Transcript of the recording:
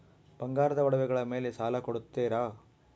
ಬಂಗಾರದ ಒಡವೆಗಳ ಮೇಲೆ ಸಾಲ ಕೊಡುತ್ತೇರಾ?